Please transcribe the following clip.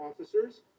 officers